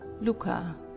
Luca